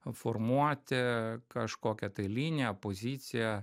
formuoti kažkokią tai liniją poziciją